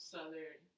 Southern